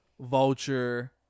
Vulture